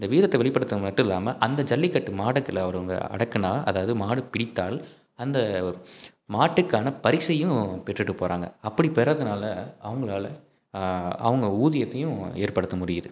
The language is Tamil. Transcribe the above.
இந்த வீரத்தை வெளிப்படுத்துகிறது மட்டும் இல்லாமல் அந்த ஜல்லிக்கட்டு மாடுக்களை அவங்க அடக்கினா அதாவது மாடு பிடித்தால் அந்த மாட்டுக்கான பரிசையும் பெற்றுட்டு போகிறாங்க அப்படி பிறதுனால அவங்களால அவங்க ஊதியத்தையும் ஏற்படுத்த முடியுது